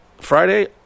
Friday